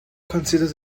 considers